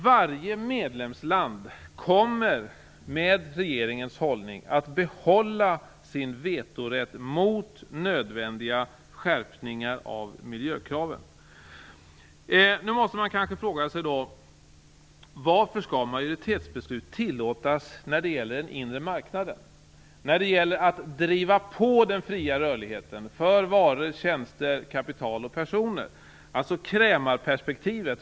Varje medlemsland kommer med regeringens hållning att bevara sin vetorätt mot nödvändiga skärpningar av miljökraven. Man måste kanske fråga sig varför majoritetsbeslut skall tillåtas när det gäller den inre marknaden för att driva på den fria rörligheten för varor, tjänster, kapital och personer.